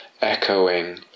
echoing